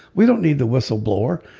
we don't need the whistleblower.